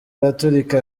araturika